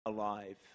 alive